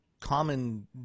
common